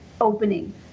opening